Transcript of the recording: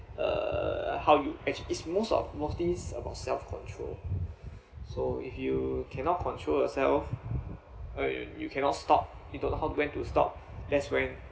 how you actually it's most of mostly this is about self control so if you cannot control yourself like you you cannot stop you don't know how to when to stop that's when